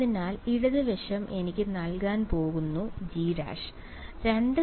അതിനാൽ ഇടത് വശം എനിക്ക് നൽകാൻ പോകുന്നു G'